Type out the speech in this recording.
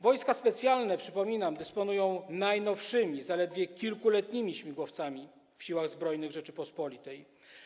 Wojska Specjalne, przypominam, dysponują najnowszymi, zaledwie kilkuletnimi śmigłowcami w Siłach Zbrojnych Rzeczypospolitej.